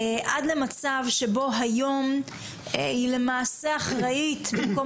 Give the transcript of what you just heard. עד למצב שבו היום היא למעשה אחראית במקום